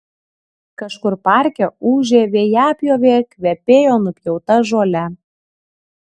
kažkur parke ūžė vejapjovė kvepėjo nupjauta žole